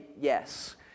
yes